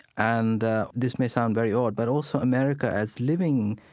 and this may sound very odd, but also america as living,